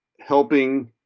helping